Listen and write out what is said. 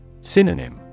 Synonym